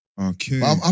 Okay